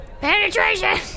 penetration